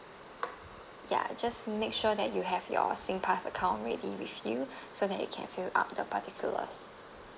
ya just make sure that you have your SingPass account ready with you so that you can fill up the particulars